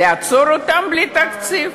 לעצור אותם בלי תקציב?